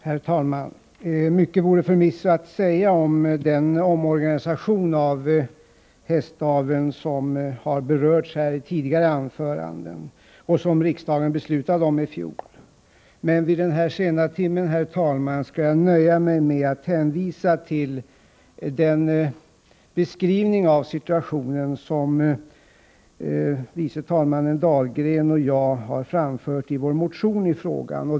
Herr talman! Mycket vore förvisso att säga om den omorganisation av hästaveln som har berörts i tidigare anföranden och som riksdagen beslutade omi fjol. Men vid denna sena timme, herr talman, skall jag nöja mig med att hänvisa till den beskrivning av situationen som andre vice talman Dahlgren och jag har framfört i vår motion i frågan.